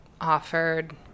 offered